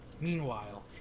Meanwhile